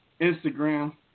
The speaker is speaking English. Instagram